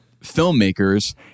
filmmakers